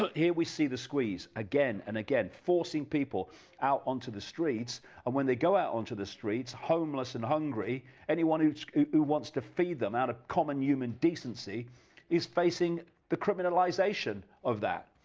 ah here we see the squeeze again and again, forcing people out onto the streets, and when they go out onto the streets, homeless and hungry anyone who who wants to feed them out of human decency is facing the criminalization of that.